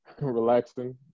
relaxing